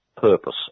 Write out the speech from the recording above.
purpose